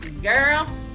girl